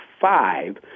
five